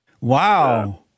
Wow